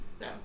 No